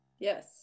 Yes